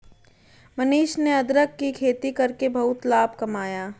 मनीष ने अदरक की खेती करके बहुत लाभ कमाया